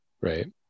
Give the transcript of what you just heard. Right